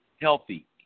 healthy